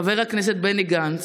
חבר הכנסת בני גנץ.